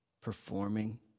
performing